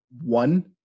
One